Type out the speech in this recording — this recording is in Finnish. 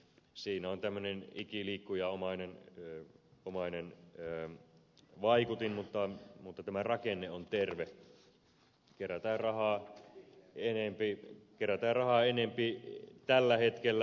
siinä on tämmöinen ikiliikkujanomainen vaikutin mutta tämä rakenne on terve kerätään rahaa enempi tällä hetkellä